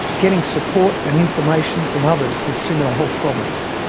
getting support and information from others with similar health problems.